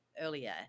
earlier